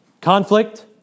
Conflict